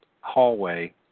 hallway